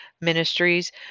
Ministries